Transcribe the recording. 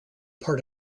part